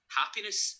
happiness